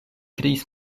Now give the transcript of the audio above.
kreis